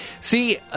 See